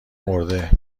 مرده